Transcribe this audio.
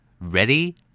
Ready